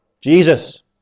Jesus